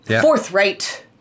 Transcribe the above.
forthright